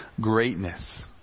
greatness